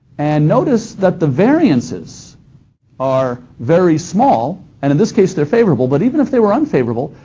and notice that the variances are very small, and in this case, they're favorable, but even if they were unfavorable,